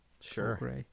Sure